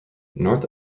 north